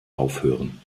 aufhören